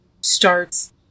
starts